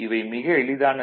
இவை மிக எளிதானது